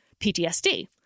PTSD